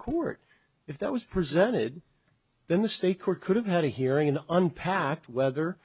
court if that was presented then the state court could have had a hearing and unpacked whether or